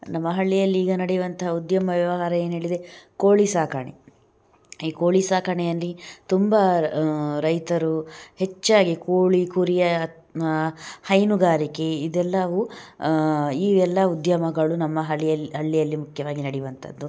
ನಮ್ಮ ಹಳ್ಳಿಯಲ್ಲಿ ಈಗ ನಡೆಯುವಂತಹ ಉದ್ಯಮ ವ್ಯವಹಾರ ಏನು ಹೇಳಿದೆ ಕೋಳಿ ಸಾಕಾಣೆ ಈ ಕೋಳಿ ಸಾಕಣೆಯಲ್ಲಿ ತುಂಬ ರೈತರು ಹೆಚ್ಚಾಗಿ ಕೋಳಿ ಕುರಿಯ ಹೈನುಗಾರಿಕೆ ಇದೆಲ್ಲವು ಈ ಎಲ್ಲ ಉದ್ಯಮಗಳು ನಮ್ಮ ಹಳ್ಳಿಯಲ್ಲಿ ಹಳ್ಳಿಯಲ್ಲಿ ಮುಖ್ಯವಾಗಿ ನಡೆಯುವಂಥದ್ದು